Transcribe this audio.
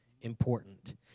important